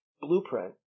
Blueprint